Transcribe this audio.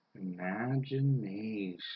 Imagination